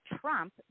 Trump